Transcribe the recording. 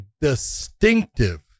distinctive